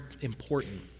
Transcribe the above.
important